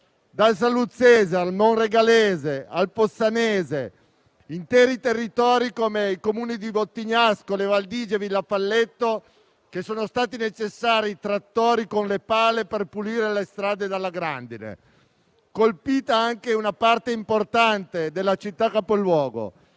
dal Saluzzese, al Monregalese, al Fossanese - e in interi territori, come nei Comuni di Vottignasco, Levaldigi e Villafalletto, sono stati necessari trattori con le pale per pulire le strade dalla grandine. È stata colpita anche una parte importante della città capoluogo.